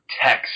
text